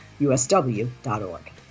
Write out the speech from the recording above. usw.org